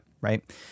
right